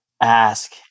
ask